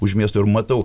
už miesto ir matau